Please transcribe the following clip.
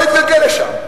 הכול יתגלגל לשם.